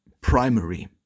primary